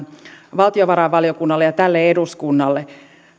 valtiovarainvaliokunnalle ja tälle eduskunnalle